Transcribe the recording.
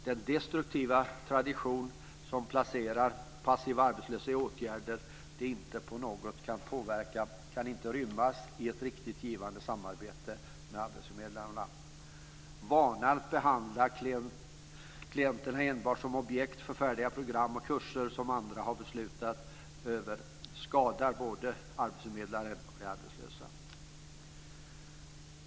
Den destruktiva tradition som "placerar" passiva arbetslösa i åtgärder de inte på något sätt kan påverka kan inte rymmas i ett riktigt givande samarbete med arbetsförmedlarna. Vanan att behandla klienterna enbart som objekt för färdiga program och kurser som andra har beslutat om skadar både arbetsförmedlaren och de arbetslösa.